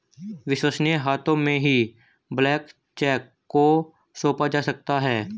विश्वसनीय हाथों में ही ब्लैंक चेक को सौंपा जा सकता है